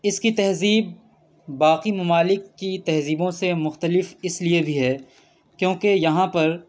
اس کی تہذیب باقی ممالک کی تہذیبوں سے مختلف اس لیے بھی ہے کیونکہ یہاں پر